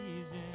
easy